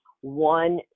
one